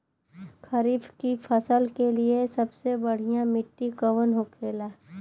खरीफ की फसल के लिए सबसे बढ़ियां मिट्टी कवन होखेला?